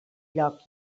lloc